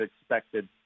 expected